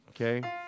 Okay